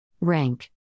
Rank